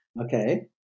Okay